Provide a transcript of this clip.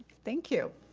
thank you.